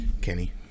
kenny